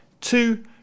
two